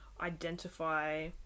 identify